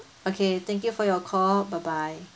okay thank you for your call bye bye